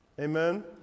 Amen